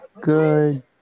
good